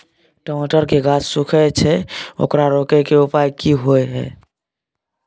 टमाटर के गाछ सूखे छै ओकरा रोके के उपाय कि होय है?